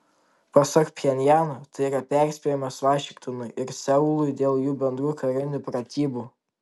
pasak pchenjano tai yra perspėjimas vašingtonui ir seului dėl jų bendrų karinių pratybų